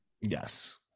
Yes